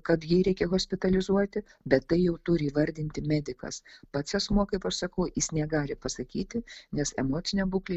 kad jį reikia hospitalizuoti bet tai jau turi įvardinti medikas pats asmuo kaip aš sakau jis negali pasakyti nes emocinė būklė